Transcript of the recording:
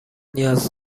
نیاز